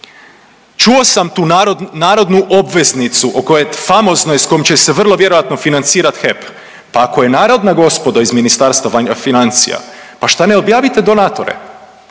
Čuo sam tu narodnu obveznicu o kojoj famoznoj s kojom će se vrlo vjerojatno financirat HEP, pa ako je narodna gospodo iz Ministarstva financija pa šta ne objavite donatore.